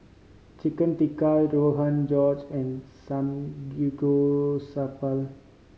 Chicken Tikka Rogan Josh and Samgeyopsal